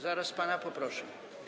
Zaraz pana poproszę.